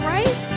Right